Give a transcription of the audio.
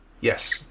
Yes